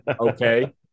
okay